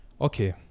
okay